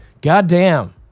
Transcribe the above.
Goddamn